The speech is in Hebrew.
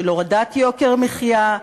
של הורדת יוקר המחיה,